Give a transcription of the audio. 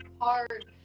hard